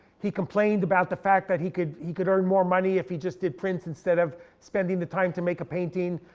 he complained about the fact that he could he could earn more money if he just did prints instead of spending the time to make a painting.